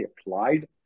applied